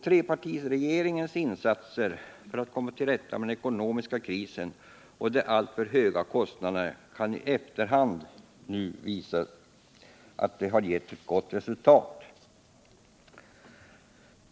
Trepartiregeringens insatser för att komma till rätta med den ekonomiska krisen och de alltför höga kostnaderna kan i efterhand konstateras ha gett mycket gott resultat.